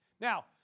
Now